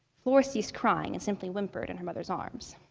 flor ceased crying and simply whimpered in her mother's arms.